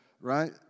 right